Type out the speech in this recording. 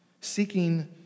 Seeking